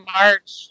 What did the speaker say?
March